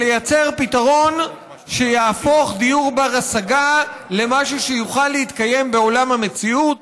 לייצר פתרון שיהפוך דיור בר-השגה למשהו שיוכל להתקיים בעולם המציאות.